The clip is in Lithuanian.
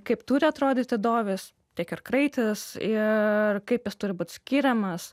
kaip turi atrodyti dovis tiek ir kraitis ir kaip jis turi būt skiriamas